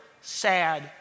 sad